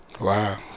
Wow